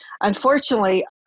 Unfortunately